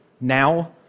now